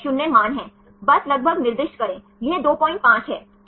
यह 0 मान है बस लगभग निर्दिष्ट करें यह 25 है